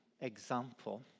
example